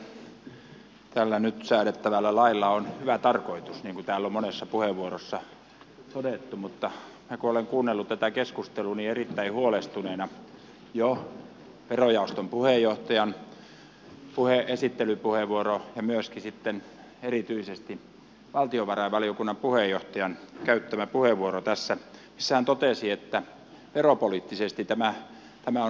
varmaan tällä nyt säädettävällä lailla on hyvä tarkoitus niin kuin täällä on monessa puheenvuorossa todettu mutta minä olen kuunnellut tätä keskustelua erittäin huolestuneena jo verojaoston puheenjohtajan esittelypuheenvuoroa ja myöskin sitten erityisesti valtiovarainvaliokunnan puheenjohtajan tässä käyttämää puheenvuoroa missä hän totesi että veropoliittisesti tämä on aivan mahdoton